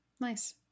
Nice